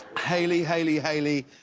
hailey, hailey, hailey,